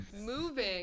Moving